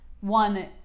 one